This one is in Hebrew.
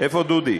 איפה דודי?